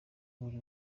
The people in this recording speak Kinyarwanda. buri